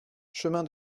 chemin